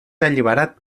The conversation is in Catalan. alliberat